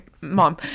mom